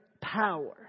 power